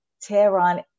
Tehran